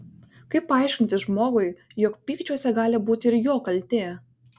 kaip paaiškinti žmogui jog pykčiuose gali būti ir jo kaltė